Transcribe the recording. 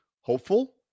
hopeful